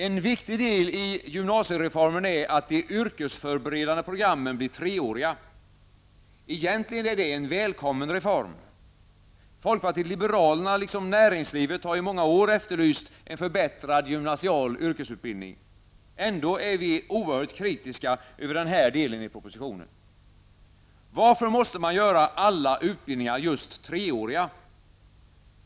En viktig del i gymnasiereformen är att de yrkesförberedande programmen blir 3-åriga. Egentligen är det en välkommen reform. Folkpartiet liberalerna liksom näringslivet har i många år efterlyst en förbättrad gymnasial yrkesutbildning. Ändå är vi oerhört kritiska över den här delen i propositionen. Varför måste man göra alla utbildningar just treåriga?